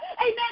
amen